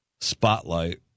Spotlight